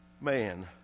man